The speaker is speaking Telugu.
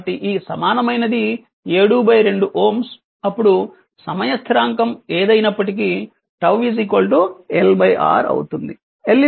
కాబట్టి ఈ సమానమైనది 72 Ω అప్పుడు సమయ స్థిరాంకం ఏదయినప్పటికీ 𝜏 LR అవుతుంది